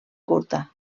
curta